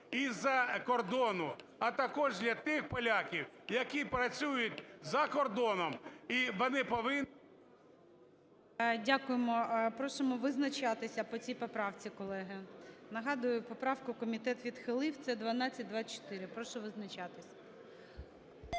з-за кордону, а також для тих поляків, які працюють за кордоном, і вони повинні… ГОЛОВУЮЧИЙ. Дякуємо. Просимо визначатися по цій поправці, колеги. Нагадую, поправку комітет відхилив. Це 1224. Прошу визначатися.